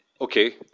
Okay